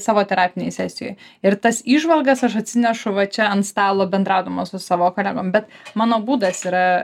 savo terapinėj sesijoj ir tas įžvalgas aš atsinešu va čia ant stalo bendraudama su savo kolegom bet mano būdas yra